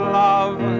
love